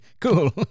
cool